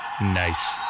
Nice